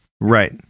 Right